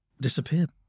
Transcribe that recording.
disappeared